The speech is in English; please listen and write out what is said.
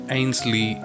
Ainsley